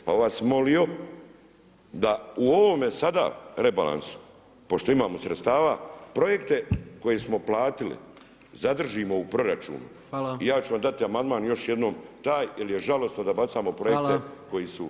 Pa bih vas molio da u ovome sada rebalansu pošto imamo sredstava projekte koje smo platili zadržimo u proračunu [[Upadica predsjednik: Hvala.]] Ja ću vam dati amandman još jednom taj, jer je žalosno da bacamo projekte koji su.